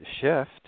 shift